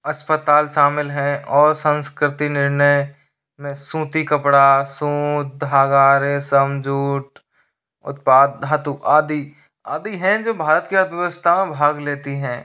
अस्पताल सामिल है और संस्क्रति निर्णय में सूती कपड़ा सूत धागा रेशम जूट उत्पाद धातु आदि आदि हैं जो भारत के अर्थव्यवस्ता में भाग लेती हैं